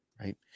right